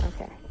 Okay